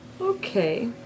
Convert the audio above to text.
Okay